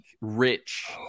rich